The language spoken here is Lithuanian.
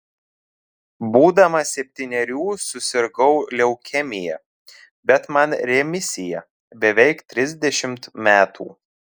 būdamas septynerių susirgau leukemija bet man remisija beveik trisdešimt metų